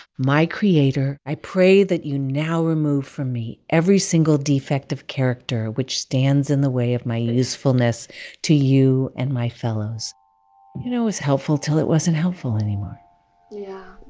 my creator, i pray that you now remove from me every single defective character which stands in the way of my usefulness to you and my fellows you know, it was helpful till it wasn't helpful anymore yeah.